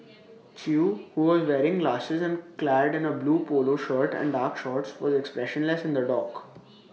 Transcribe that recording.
chew who was wearing glasses and clad in A blue Polo shirt and dark shorts was expressionless in the dock